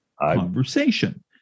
conversation